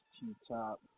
T-Top